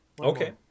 okay